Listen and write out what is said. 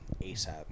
ASAP